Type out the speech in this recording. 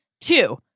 Two